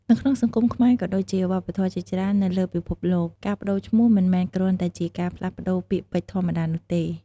នៅក្នុងសង្គមខ្មែរ ក៏ដូចជាវប្បធម៌ជាច្រើននៅលើពិភពលោក ការប្ដូរឈ្មោះមិនមែនគ្រាន់តែជាការផ្លាស់ប្ដូរពាក្យពេចន៍ធម្មតានោះទេ។